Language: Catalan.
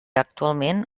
actualment